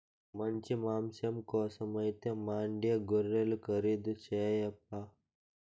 మంచి మాంసం కోసమైతే మాండ్యా గొర్రెలు ఖరీదు చేయప్పా